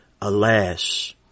Alas